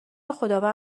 خداوند